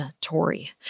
Tory